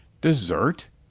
desert?